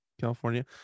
california